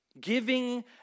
Giving